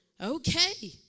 Okay